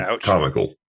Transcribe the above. comical